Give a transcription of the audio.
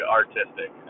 artistic